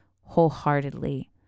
wholeheartedly